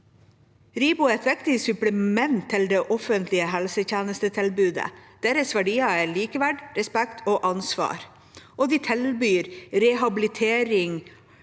RIBO er et viktig supplement til det offentlige helsetjenestetilbudet. Deres verdier er likeverd, respekt og ansvar, og de tilbyr rehabilitering